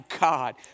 God